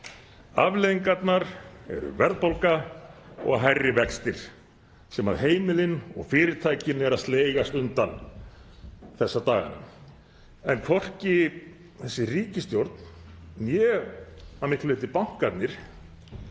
Afleiðingarnar eru verðbólga og hærri vextir sem heimilin og fyrirtækin eru að sligast undan þessa dagana. En hvorki þessi ríkisstjórn né að miklu leyti bankarnir